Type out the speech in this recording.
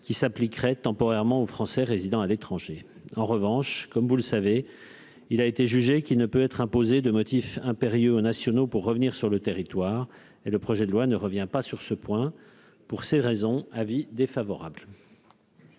qui s'appliquerait temporairement aux Français résidant à l'étranger, en revanche, comme vous le savez, il a été jugé qu'qui ne peut être imposée de motif impérieux aux nationaux pour revenir sur le territoire et le projet de loi ne revient pas sur ce point, pour ces raisons avis défavorable.